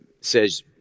says